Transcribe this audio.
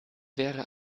wäre